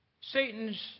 Satan's